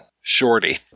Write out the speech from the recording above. Shorty